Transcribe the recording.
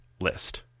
list